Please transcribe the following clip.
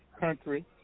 country